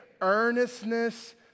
earnestness